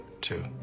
two